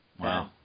Wow